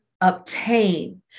obtain